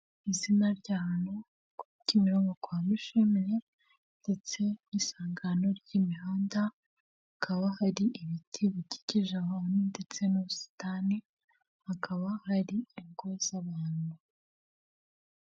Izina ry'ahantu ku Kimironko kwa Mushimire ndetse n'isangano ry'imihanda, hakaba hari ibiti bikikije abantu ndetse n'ubusitani hakaba hari ingo z'abantu.